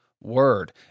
Word